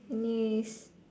anyways